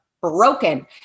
broken